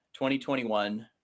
2021